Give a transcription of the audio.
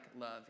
love